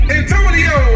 Antonio